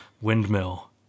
windmill